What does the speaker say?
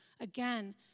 again